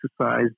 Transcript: exercise